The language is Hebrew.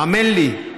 האמן לי,